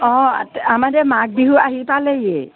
অ' আমাৰ এই মাঘ বিহু আহি পালেহি